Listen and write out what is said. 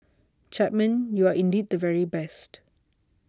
Chapman you are indeed the very best